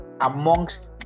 amongst